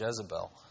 Jezebel